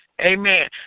Amen